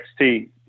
XT